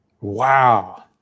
Wow